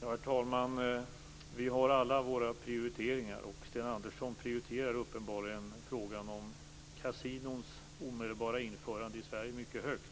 Herr talman! Vi har alla våra prioriteringar. Sten Andersson prioriterar uppenbarligen frågan om kasinons omedelbara införande i Sverige mycket högt.